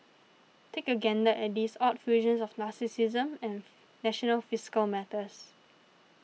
take a gander at these odd fusions of narcissism and national fiscal matters